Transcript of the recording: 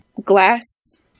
glass